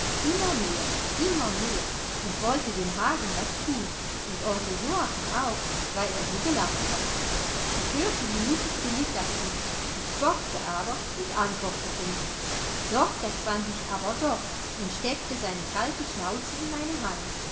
immer mehr immer mehr und wollte dem hagen was tun und onkel joachim auch weil er so gelacht hatte ich hörte wie mutti zu mittag rief ich bockte aber und antwortete nicht dorkas fand mich aber doch und steckte seine kalte schnauze in meine hand